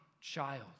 child